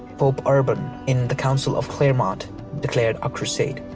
pope urban in the council of clermont declared a crusade.